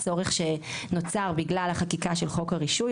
צורך שנוצר בגלל חקיקת חוק הרישוי.